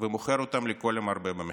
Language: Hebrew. ומוכר אותם לכל המרבה במחיר.